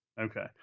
Okay